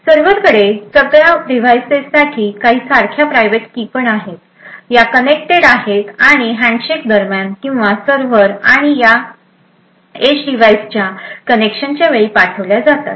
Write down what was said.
server कडे सगळ्या devices साठी काही सारख्या प्रायव्हेट की पण आहेत या कनेक्टेड आहे आणि हँडशेक दरम्यान किंवा सर्व्हर आणि या एज डिव्हाइसच्या कनेक्शनच्या वेळी पाठवल्या जातात